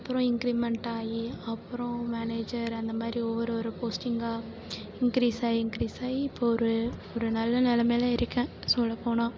அப்புறம் இங்கிரீமெண்டாகி அப்பறம் மேனேஜர் அந்த மாதிரி ஒவ்வொரு ஒரு போஸ்டிங்காக இங்கிரீஸ் ஆகி இங்கிரீஸ் ஆகி இப்போது ஒரு ஒரு நல்ல நெலமையில் இருக்கேன் சொல்லப் போனால்